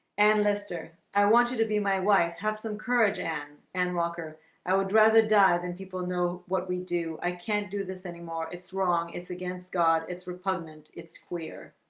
and lister i want you to be my wife have some courage and and walker i would rather dive and people know what we do i can't do this anymore. it's wrong. it's against god. it's repugnant. it's queer